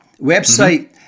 website